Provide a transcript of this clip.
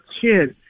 kids